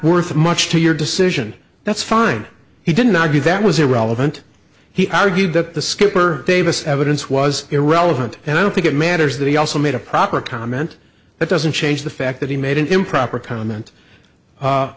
worth much to your decision that's fine he didn't argue that was irrelevant he argued that the skipper davis evidence was irrelevant and i don't think it matters that he also made a proper comment that doesn't change the fact that he made an improper comment